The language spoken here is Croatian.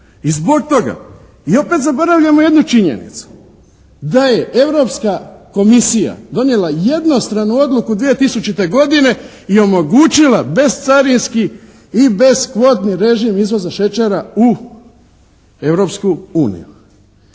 I zbog toga. I opet zaboravljamo jednu činjenicu. Da je Europska komisija donijela jednostranu odluku 2000. godine i omogućila bescarinski i beskvotni režim izvoza šećera u Europsku uniju.